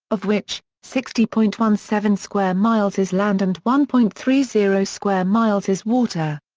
of which, sixty point one seven square miles is land and one point three zero square miles is water.